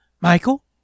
Michael